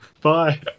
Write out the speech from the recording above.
Bye